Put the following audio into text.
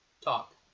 Talk